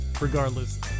Regardless